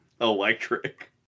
Electric